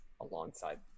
alongside